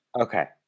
Okay